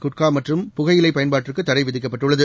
குட்கா மற்றும் புகையிலை பயன்பாட்டுக்குத் தடை விதிக்கப்பட்டுள்ளது